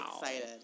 excited